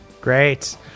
Great